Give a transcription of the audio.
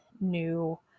new